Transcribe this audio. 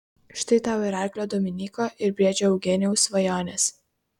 štai tau ir arklio dominyko ir briedžio eugenijaus svajonės